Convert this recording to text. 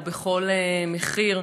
או בכל מחיר.